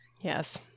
Yes